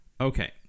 Okay